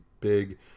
big